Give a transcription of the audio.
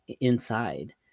inside